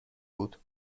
بود